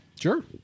Sure